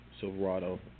Silverado